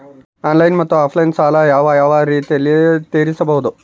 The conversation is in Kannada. ಆನ್ಲೈನ್ ಮತ್ತೆ ಆಫ್ಲೈನ್ ಸಾಲ ಯಾವ ಯಾವ ರೇತಿನಲ್ಲಿ ತೇರಿಸಬಹುದು?